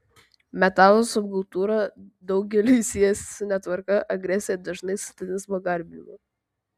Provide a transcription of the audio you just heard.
metalo subkultūra daugeliui siejasi su netvarka agresija dažnai satanizmo garbinimu